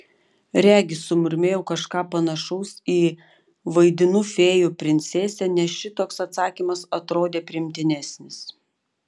regis sumurmėjau kažką panašaus į vaidinu fėjų princesę nes šitoks atsakymas atrodė priimtinesnis